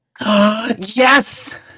Yes